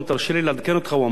ואני מצטט את נחום ברנע,